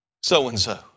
so-and-so